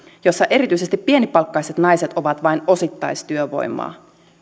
jossa erityisesti pienipalkkaiset naiset ovat vain osittaistyövoimaa